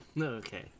Okay